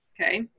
okay